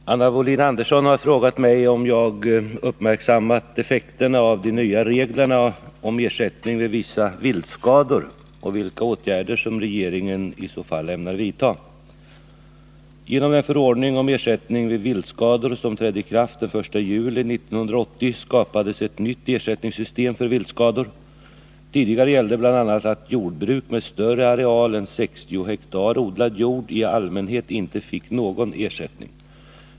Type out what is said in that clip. Herr talman! Anna Wohlin-Andersson har frågat mig om jag uppmärksammat effekterna av de nya reglerna om ersättning vid vissa viltskador och vilka åtgärder som regeringen i så fall ämnar vidtaga. Genom den förordning om ersättning vid viltskador som trädde i kraft den 1 juli 1980 skapades ett nytt ersättningssystem för viltskador. Tidigare gällde bl.a. att jordbruk med större areal än 60 ha odlad jord i allmänhet inte fick någon ersättning.